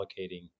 allocating